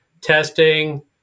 testing